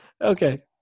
Okay